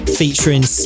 featuring